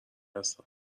هستم